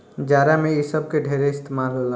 जाड़ा मे इ सब के ढेरे इस्तमाल होला